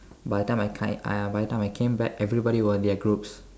by the time I ca~ by the time I came back everybody were in their groups